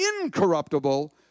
incorruptible